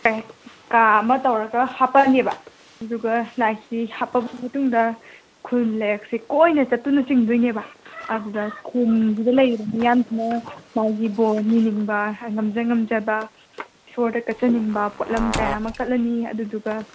ꯀꯥ ꯑꯃ ꯇꯧꯔꯒ ꯍꯥꯞꯄꯛꯑꯅꯦꯕ ꯑꯗꯨꯗꯒ ꯂꯥꯏꯁꯤ ꯍꯥꯞꯂꯕ ꯃꯇꯨꯡꯗ ꯈꯨꯜ ꯂꯩꯔꯛꯁꯦ ꯀꯣꯏꯅ ꯆꯠꯇꯨꯅ ꯆꯤꯡꯗꯣꯏꯅꯦꯕ ꯑꯗꯨꯗ ꯈꯨꯜꯁꯤꯗ ꯂꯩꯔꯤꯕ ꯃꯤꯌꯥꯝꯁꯤꯅ ꯃꯥꯒꯤ ꯕꯣꯔ ꯅꯤꯅꯤꯡꯕ ꯉꯝꯖ ꯉꯝꯖꯕ ꯏꯁꯣꯔꯗ ꯀꯠꯆꯅꯤꯡꯕ ꯄꯣꯠꯂꯝ ꯀꯌꯥ ꯑꯃ ꯀꯠꯂꯅꯤ ꯑꯗꯨꯗꯨꯒ